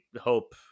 hope